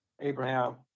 Abraham